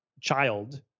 child